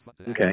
Okay